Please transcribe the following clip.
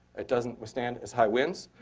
it doesn't withstand as high winds.